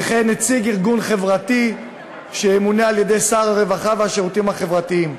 וכן נציג ארגון חברתי שימונה על-ידי שר הרווחה והשירותים החברתיים,